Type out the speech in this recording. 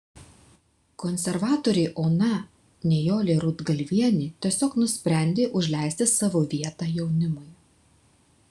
konservatorė ona nijolė rudgalvienė tiesiog nusprendė užleisti savo vietą jaunimui